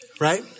Right